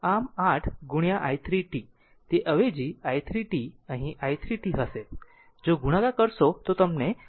આમ 8 i3 t તે અવેજી i3 t અહીં i3 t હશે જો ગુણાકાર કરશે તો તે 96 e t 2 t V